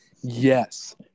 Yes